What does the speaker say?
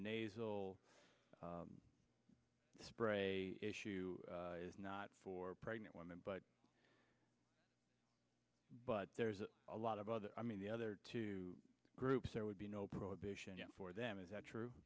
nasal spray issue is not for pregnant women but but there's a lot of other i mean the other two groups there would be no prohibition for them is that